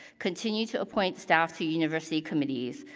continue to appoint staff to university committees.